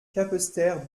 capesterre